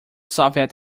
soviet